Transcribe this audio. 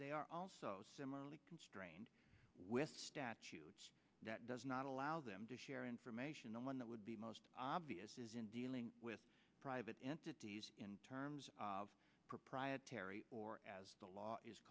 they are also similarly constrained with statutes that does not allow them to share information the one that would be most obvious is in dealing with private entities in terms of proprietary or as the law is